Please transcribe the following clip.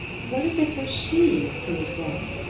what if it were she who was dead!